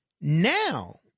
now